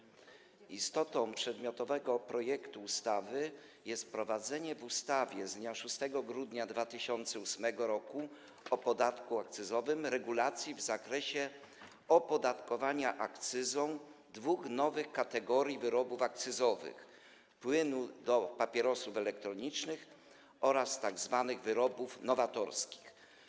Istotą przedmiotowego projektu ustawy jest wprowadzenie w ustawie z dnia 6 grudnia 2008 r. o podatku akcyzowym regulacji w zakresie opodatkowania akcyzą dwóch nowych kategorii wyrobów akcyzowych: płynu do papierosów elektronicznych oraz tzw. wyrobów nowatorskich.